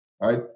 right